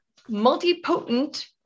multipotent